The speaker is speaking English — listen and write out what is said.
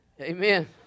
amen